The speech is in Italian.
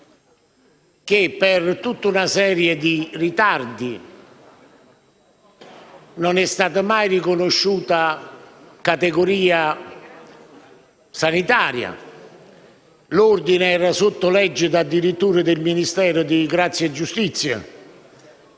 per tutta una serie di ritardi, non sono mai stati riconosciuti come categoria sanitaria. L'Ordine era sotto l'egida addirittura del Ministero di grazia e giustizia,